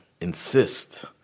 insist